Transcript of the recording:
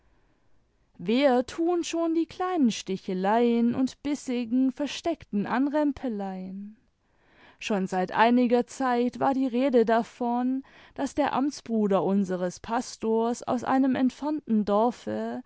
weher tun schon die kleinen sticheleien imd bissigen versteckten anrempeleien schon seit einiger zeit war die rede davon daß der amtsbnider unseres pastors aus einem entfernten dorfe